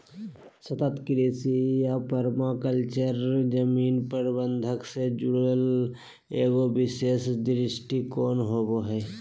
सतत कृषि या पर्माकल्चर जमीन प्रबन्धन से जुड़ल एगो विशेष दृष्टिकोण होबा हइ